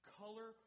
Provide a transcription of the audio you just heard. color